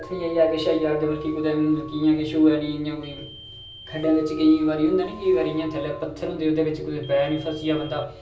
पत्थर निं आई जां किश निं आई जा मतलब की ओह्दे अग्गै कि'यां किश होऐ निं इ'यां कोई खड्ढा बिच केईं बारी होई जंदा निं इ'यां थल्लै पत्थर होंदे ओह्दे बिच कोई पैर निं फसी जा बंदा